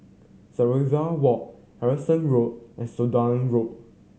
Sommerville Walk Harrison Road and Sudan Road